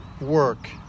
work